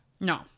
No